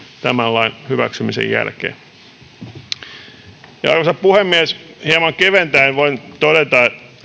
tämän lain hyväksymisen jälkeen arvoisa puhemies hieman keventäen voin todeta